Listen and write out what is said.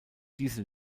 dieser